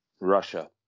Russia